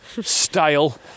style